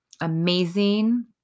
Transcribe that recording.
amazing